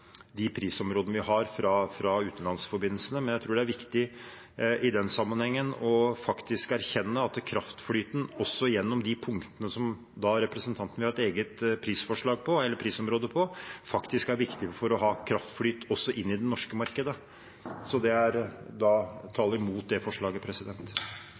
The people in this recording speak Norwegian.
de prisområdene vi har, fra utenlandsforbindelsene. Men jeg tror det er viktig i den sammenhengen å erkjenne at kraftflyten også gjennom de punktene som representanten vil ha et eget prisområde for, er viktig også for å ha kraftflyt inn i det norske markedet. Så det taler imot det forslaget.